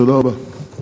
תודה רבה.